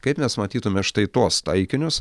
kaip mes matytume štai tuos taikinius